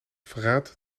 verraadt